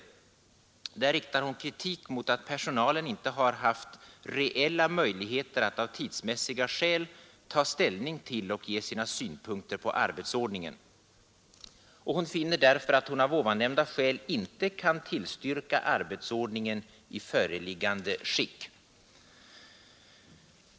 Där riktar hon kritik mot att personalen inte har haft reella möjligheter att av tidsmässiga skäl ta ställning till och ge sina synpunkter på arbetsordningen, och hon finner att hon inte kan tillstyrka arbetsordningen i föreliggande skick.